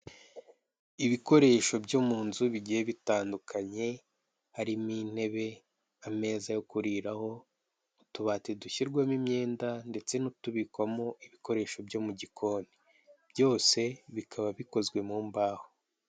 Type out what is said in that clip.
Ibikoresho byo mu nzu bigiye bitandukanye: harimo intebe, ameza yo kuriraho, utubati dushyirwamo imyenda ndetse n'utubikwamo ibikoresho byo mu gikoni, byose bikaba bikozwe mu mbaho.